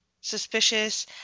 suspicious